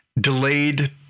Delayed